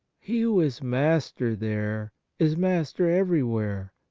he who is master there is master everywhere.